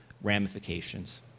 ramifications